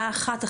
אחת,